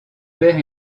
père